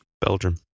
Belgium